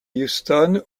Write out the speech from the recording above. houston